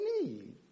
need